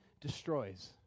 destroys